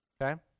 Okay